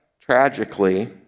tragically